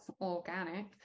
organic